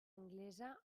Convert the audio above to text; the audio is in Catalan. anglesa